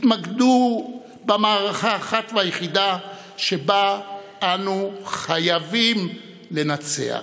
התמקדו במערכה האחת והיחידה שבה אנו חייבים לנצח.